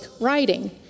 writing